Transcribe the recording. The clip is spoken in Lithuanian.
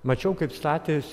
mačiau kaip statės